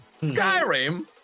Skyrim